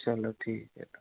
चलो ठीक है